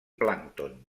plàncton